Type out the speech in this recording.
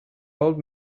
old